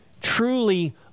truly